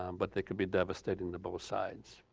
um but that could be devastating to both sides,